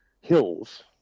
hills